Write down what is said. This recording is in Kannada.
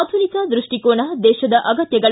ಆಧುನಿಕ ದೃಷ್ಟಿಕೋನ ದೇಶದ ಅಗತ್ವಗಳು